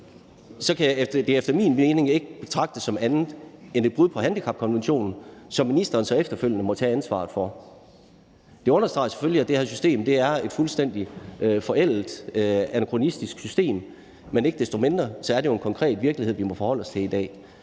kan det efter min mening ikke betragtes som andet end et brud på handicapkonventionen, som ministeren så efterfølgende må tage ansvaret for. Det understreger selvfølgelig, at det her system er et fuldstændig forældet og anakronistisk system, men ikke desto mindre er det jo en konkret virkelighed, vi må forholde os til i dag.